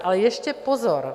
Ale ještě pozor.